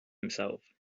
himself